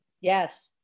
yes